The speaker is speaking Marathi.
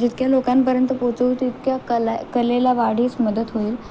जितक्या लोकांपर्यंत पोचवू तितक्या कला कलेला वाढीस मदत होईल